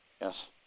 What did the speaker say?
Yes